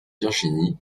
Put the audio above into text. virginie